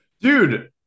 Dude